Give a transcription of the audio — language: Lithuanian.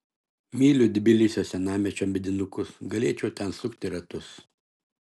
myliu tbilisio senamiesčio medinukus galėčiau ten sukti ratus